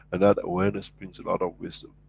and that awareness brings a lot of wisdom.